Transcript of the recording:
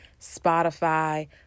Spotify